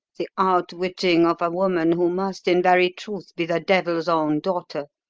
the outwitting of a woman who must in very truth be the devil's own daughter,